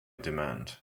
demand